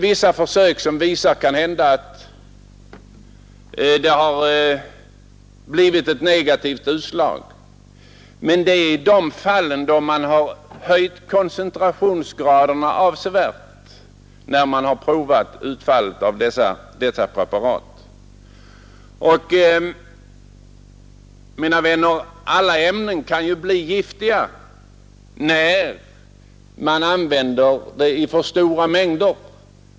Vissa försök har kanske gett ett negativt utslag. Men det är i de fall då man höjt koncentrationsgraderna avsevärt när man provat dessa preparat. Och alla ämnen kan ju bli giftiga när man använder dem i för stora mängder.